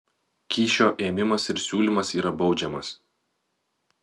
kyšio ėmimas ir siūlymas yra baudžiamas